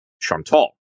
Chantal